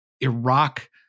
Iraq